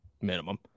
minimum